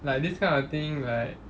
like this kind of thing like